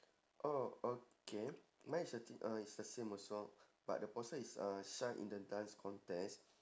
oh okay mine is actually uh is the same also but the poster is uh shine in the dance contest